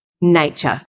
nature